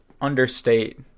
understate